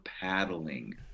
paddling